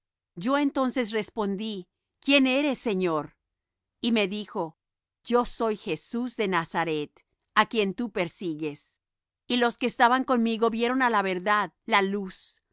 yo entonces respondí quién eres señor y me dijo yo soy jesús de nazaret á quién tú persigues y los que estaban conmigo vieron á la verdad la luz